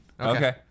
Okay